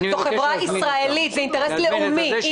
זו החברה הישראלית, זה אינטרס לאומי.